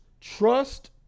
Trust